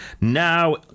Now